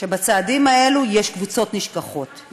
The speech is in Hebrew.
שבצעדים האלה יש קבוצות נשכחות,